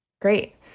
Great